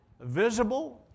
visible